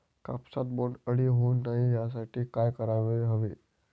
कापसात बोंडअळी होऊ नये यासाठी काय करायला हवे?